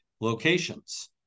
locations